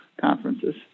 conferences